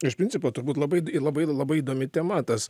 iš principo turbūt labai labai labai įdomi tema tas